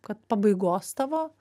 kad pabaigos tavo